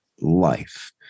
life